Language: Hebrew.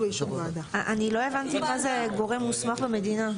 אני לא הבנתי מה זה גורם מוסמך במדינה.